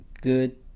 good